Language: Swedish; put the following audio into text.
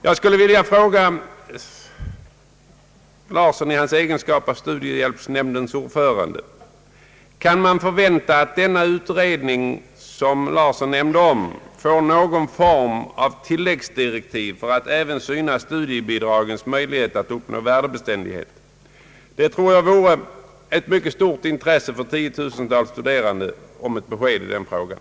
Jag skulle vilja fråga herr Larsson i hans egenskap av studiehjälpsnämndens ordförande om man kan förvänta att den utredning som herr Larsson nämnde får någon form av tilläggsdirektiv som innebär att utredningen även skall undersöka möjligheterna att göra studiebidragen värdebeständiga. Jag tror att det skulle vara av mycket stort intresse för tiotusentals studerande att få ett besked i den frågan.